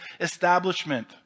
establishment